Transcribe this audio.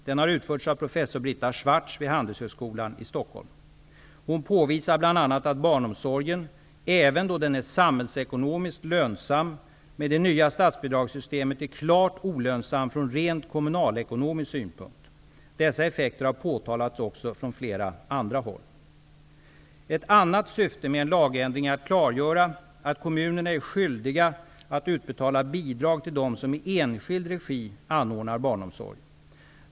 Den har utförts av professor Hon påvisar bl.a. att barnomsorgen, även då den är samhällsekonomiskt lönsam, med det nya statsbidragssystemet är klart olönsam från rent kommunalekonomisk synpunkt. Dessa effekter har påtalats också från flera andra håll. Ett annat syfte med en lagändring är att klargöra att kommunerna är skyldiga att utbetala bidrag till dem som i enskild regi anordnar barnomsorg.